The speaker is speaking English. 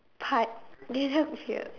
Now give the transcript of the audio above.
part fear